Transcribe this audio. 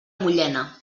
mullena